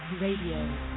Radio